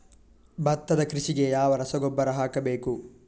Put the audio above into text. ಭತ್ತದ ಕೃಷಿಗೆ ಯಾವ ರಸಗೊಬ್ಬರ ಹಾಕಬೇಕು?